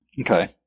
okay